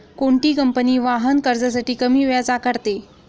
कोणती कंपनी वाहन कर्जासाठी कमी व्याज आकारते?